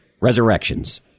Resurrections